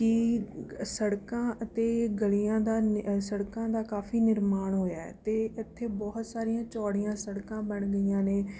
ਕਿ ਸੜਕਾਂ ਅਤੇ ਗਲੀਆਂ ਦਾ ਨਿ ਸੜਕਾਂ ਦਾ ਕਾਫ਼ੀ ਨਿਰਮਾਣ ਹੋਇਆ ਹੈ ਅਤੇ ਇੱਥੇ ਬਹੁਤ ਸਾਰੀਆਂ ਚੋੜੀਆਂ ਸੜਕਾਂ ਬਣ ਗਈਆਂ ਨੇ